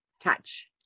touch